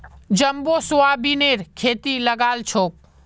jumbo सोयाबीनेर खेती लगाल छोक